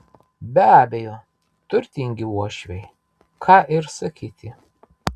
be abejo turtingi uošviai ką ir sakyti